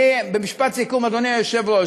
אני במשפט סיכום, אדוני היושב-ראש.